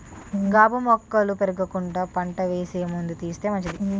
గాబు మొక్కలు పెరగకుండా పంట వేసే ముందు తీసేస్తే మంచిది